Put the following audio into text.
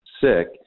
sick